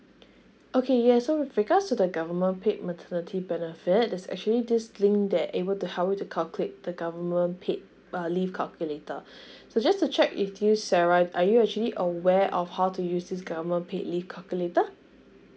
okay yeah so with regards to the government paid maternity benefit is actually this link they are able to help you to calculate the government paid uh leave calculator so just to check with you sarah are you actually aware of how to use this government paid leave calculator